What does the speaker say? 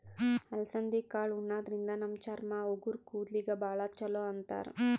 ಅಲಸಂದಿ ಕಾಳ್ ಉಣಾದ್ರಿನ್ದ ನಮ್ ಚರ್ಮ, ಉಗುರ್, ಕೂದಲಿಗ್ ಭಾಳ್ ಛಲೋ ಅಂತಾರ್